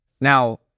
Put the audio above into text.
Now